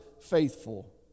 faithful